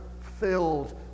filled